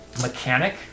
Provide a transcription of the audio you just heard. mechanic